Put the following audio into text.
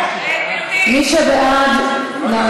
מי שבעד, נא